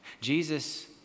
Jesus